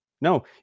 no